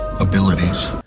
abilities